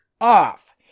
off